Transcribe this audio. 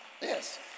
Yes